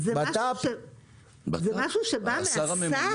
זה משהו שבא מהשר?